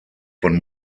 von